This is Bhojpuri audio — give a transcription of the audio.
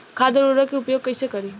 खाद व उर्वरक के उपयोग कइसे करी?